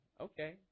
Okay